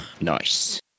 Nice